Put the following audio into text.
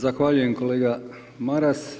Zahvaljujem kolega Maras.